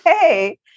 hey